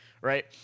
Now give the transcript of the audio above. right